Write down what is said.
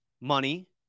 money